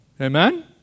Amen